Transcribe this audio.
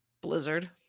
Blizzard